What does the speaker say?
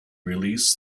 release